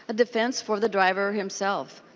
ah defense for the driver himself.